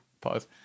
Pause